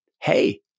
hey